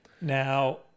Now